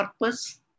purpose